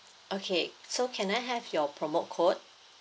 okay so can I have your promo code